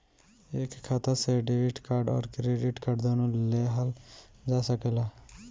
एक खाता से डेबिट कार्ड और क्रेडिट कार्ड दुनु लेहल जा सकेला?